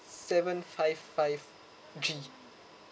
seven five five G